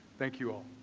thank you all.